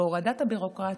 והורדת הביורוקרטיה.